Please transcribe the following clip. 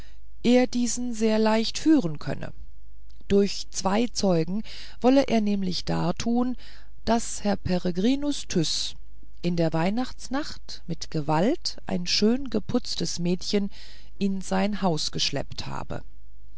er diesen sehr leicht führen könne durch zwei zeugen wolle er nämlich dartun daß herr peregrinus tyß in der weihnachtsnacht mit gewalt ein schön geputztes mädchen in sein haus geschleppt habe